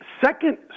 second